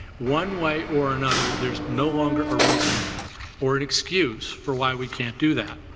one way or another, there's no longer a reason or an excuse for why we can't do that.